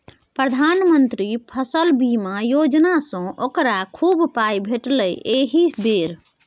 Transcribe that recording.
प्रधानमंत्री फसल बीमा योजनासँ ओकरा खूब पाय भेटलै एहि बेर